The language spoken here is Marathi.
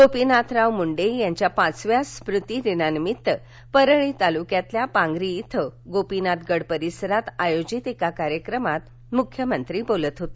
गोपीनाथराव मुंडे यांच्या पाचव्या स्मृतिदिनानिमित्त परळी तालुक्यातील पांगरी येथील गोपीनाथगड परिसरात आयोजित कार्यक्रमात मुख्यमंत्री बोलत होते